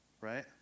Right